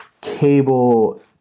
cable